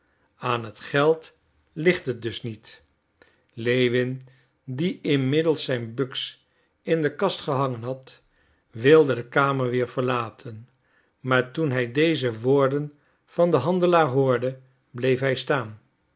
aan het geld ligt het dus niet lewin die inmiddels zijn buks in de kast gehangen had wilde de kamer weer verlaten maar toen hij deze woorden van den handelaar hoorde bleef hij staan